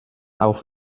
auf